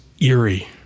eerie